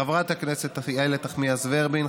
חברת הכנסת איילת נחמיאס ורבין,